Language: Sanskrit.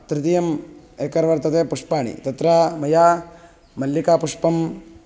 तृतीयम् एकर् वर्तते पुष्पाणि तत्र मया मल्लिकापुष्पं